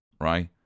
right